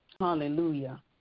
hallelujah